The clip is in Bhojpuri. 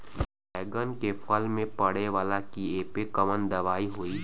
बैगन के फल में पड़े वाला कियेपे कवन दवाई होई?